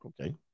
Okay